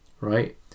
right